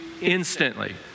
instantly